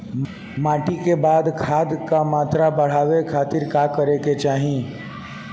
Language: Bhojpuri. माटी में खाद क मात्रा बढ़ावे खातिर का करे के चाहीं?